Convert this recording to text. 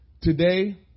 Today